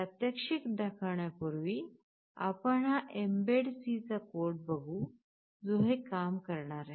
प्रात्यक्षिक दाखवण्यापूर्वी आपण हा mbed C चा कोड बघू जो हे काम करणार आहे